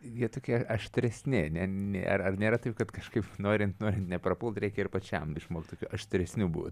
jie tokie aštresni ne ar nėra taip kad kažkaip norint norint neprapult reikia ir pačiam išmokti tokiu aštresniu būt